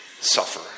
suffer